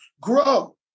grow